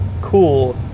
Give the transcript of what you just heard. cool